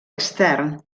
extern